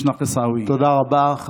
לא חסרת זהות.) תודה רבה.